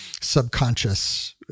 subconscious